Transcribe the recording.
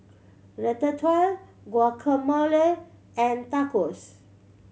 Ratatouille Guacamole and Tacos